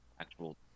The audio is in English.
actual